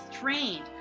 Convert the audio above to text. trained